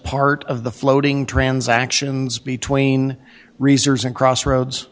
part of the floating transactions between reserves and crossroads